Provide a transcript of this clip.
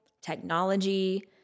technology